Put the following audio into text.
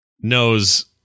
knows